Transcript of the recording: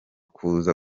kuza